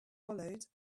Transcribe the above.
followed